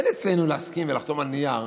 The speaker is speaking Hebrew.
אין אצלנו להסכים ולחתום על נייר,